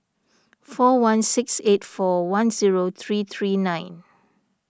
four one six eight four one zero three three nine